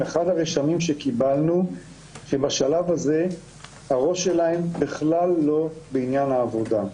אחד הרשמים שקיבלנו שבשלב הזה הראש שלהם בכלל לא בעניין העבודה,